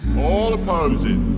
all opposing?